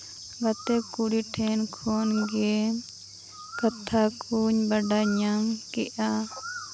ᱜᱟᱛᱮ ᱠᱩᱲᱤ ᱴᱷᱮᱱ ᱠᱷᱚᱱ ᱜᱮ ᱠᱟᱛᱷᱟ ᱠᱚᱹᱧ ᱵᱟᱲᱟᱭ ᱧᱟᱢ ᱠᱮᱜᱼᱟ